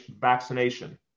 vaccination